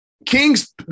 Kings